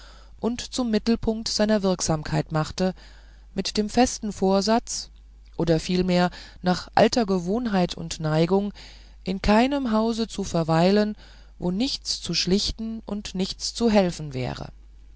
und zum mittelpunkt seiner wirksamkeit machte mit dem festen vorsatz oder vielmehr nach alter gewohnheit und neigung in keinem hause zu verweilen wo nichts zu schlichten und nichts zu helfen wäre